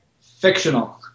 Fictional